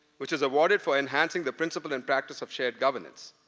which is awarded for enhancing the principle and practice of shared governance.